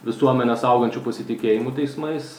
visuomenės augančiu pasitikėjimu teismais